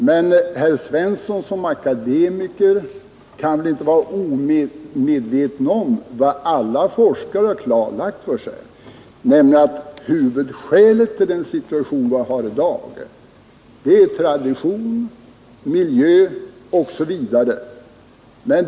Men herr Svensson som akademiker kan väl inte vara omedveten om vad alla forskare i ämnet har klarlagt, nämligen att huvudorsakerna till den situation vi har i dag är tradition, miljö osv.